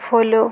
follow